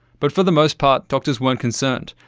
but for the most part doctors weren't concerned,